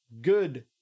good